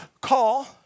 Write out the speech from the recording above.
call